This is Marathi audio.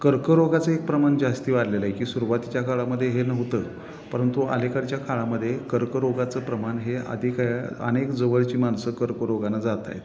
कर्करोगाचं एक प्रमाण जास्त वाढलेलं आहे की सुरुवातीच्या काळामध्ये हे नव्हतं परंतु आलीकडच्या काळामध्ये कर्करोगाचं प्रमाण हे अधिक अनेक जवळची माणसं कर्करोगानं जात आहेत